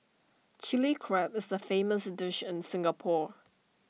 Chilli Crab is A famous dish in Singapore